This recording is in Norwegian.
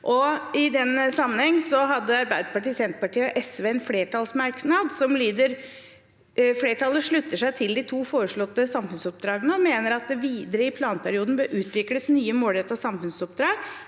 i den sammenheng hadde Arbeiderpartiet, Senterpartiet og SV en flertallsmerknad, som lyder: «Flertallet slutter seg til de to foreslåtte samfunnsoppdragene og mener at det videre i planperioden bør utvikles nye målrettede samfunnsoppdrag